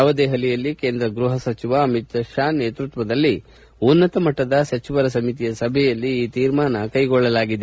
ನವದೆಹಲಿಯಲ್ಲಿ ಕೇಂದ್ರ ಗೃಹ ಸಚಿವ ಅಮಿತ್ ಶಾ ನೇತೃತ್ವದಲ್ಲಿ ಉನ್ನತ ಮಟ್ಟದ ಸಚಿವರ ಸಮಿತಿಯ ಸಭೆಯಲ್ಲಿ ಈ ತೀರ್ಮಾನ ಕೈಗೊಳ್ಳಲಾಗಿದೆ